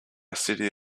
city